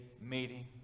meeting